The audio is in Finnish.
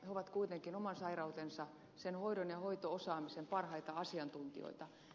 he ovat kuitenkin oman sairautensa sen hoidon ja hoito osaamisen parhaita asiantuntijoita